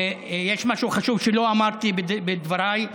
יש משהו חשוב שלא אמרתי בדבריי.